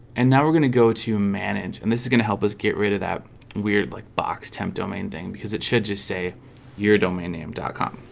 and now we're gonna go to manage and this is gonna help us get rid of that weird like box temp domain thing because it should just say your domain name dot com